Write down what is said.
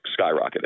skyrocketed